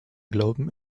glauben